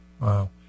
Wow